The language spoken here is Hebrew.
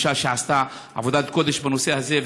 אישה שעשתה עבודת קודש בנושא הזה,